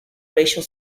racial